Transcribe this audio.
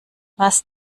was